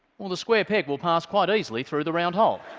well, the square peg will pass quite easily through the round hole.